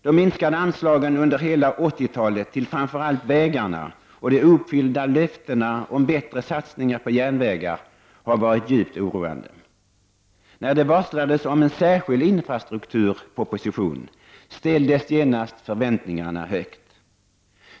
De under hela 80-talet minskade anslagen till framför allt vägarna och de ouppfyllda löftena om bättre satsningar på järnvägar har varit djupt oroande. När det varslades om en särskild infrastrukturproposition ställdes genast förväntningarna högt.